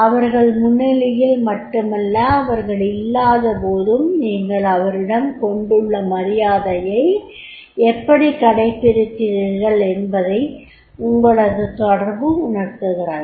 அவர்கள் முன்னிலையில் மட்டுமல்ல அவர்கள் இல்லாதபோதும் நீங்கள் அவரிடம் கொண்டுள்ள மரியாதையை எப்படி காண்பிக்கிறீர்கள் என்பதை உங்களது தொடர்பு உணர்த்துகிறது